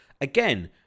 again